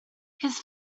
his